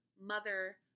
mother